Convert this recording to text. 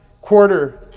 quarter